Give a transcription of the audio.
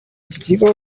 ikigo